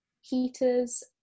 heaters